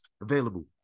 available